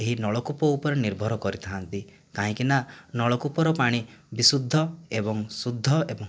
ଏହି ନଳକୂପ ଉପରେ ନିର୍ଭର କରିଥାନ୍ତି କାହିଁକି ନା ନଳକୂପର ପାଣି ବିଶୁଦ୍ଧ ଏବଂଶୁଦ୍ଧ ଏବଂ